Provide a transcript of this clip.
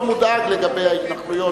אני רואה שאתה מאוד מודאג לגבי ההתנחלויות.